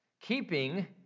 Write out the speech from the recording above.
Keeping